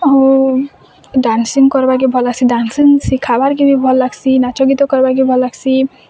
ଆଉ ଡ଼୍ୟାନସିଙ୍ଗ୍ କରବାକେ ଭଲ୍ ସେ ଡ଼୍ୟାନସିଙ୍ଗ୍ ଶିଖାବାର୍ କେ ବି ଭଲ୍ ଲାଗ୍ସି ନାଚ ଗୀତ କରବାର୍ କେ ଭଲ୍ ଲାଗ୍ସି